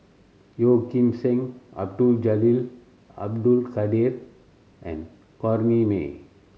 Yeoh Ghim Seng Abdul Jalil Abdul Kadir and Corrinne May